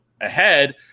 ahead –